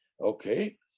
Okay